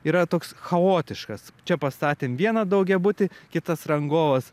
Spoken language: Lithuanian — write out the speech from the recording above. yra toks chaotiškas čia pastatėm vieną daugiabutį kitas rangovas